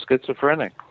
schizophrenic